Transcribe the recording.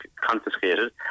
confiscated